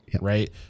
right